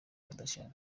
kardashian